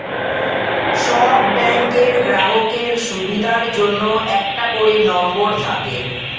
সব ব্যাংকের গ্রাহকের সুবিধার জন্য একটা করে নম্বর থাকে